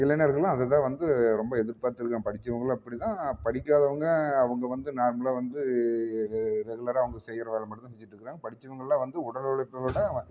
இளைஞர்களும் அதை தான் வந்து ரொம்ப எதிர்பார்த்து இருக்கிறான் படித்தவங்களும் அப்படி தான் படிக்காதவங்க அவங்க வந்து நார்மலாக வந்து ரெ ரெகுலராக அவங்க செய்கிற வேலை மட்டும் தான் செஞ்சுட்டு இருக்கிறாங்க படித்தவங்கள்லாம் வந்து உடல் உழைப்பை விட அவன்